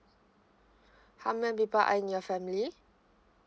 how many people are in your family